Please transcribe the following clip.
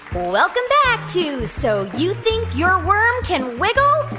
welcome back to so you think your worm can wiggle?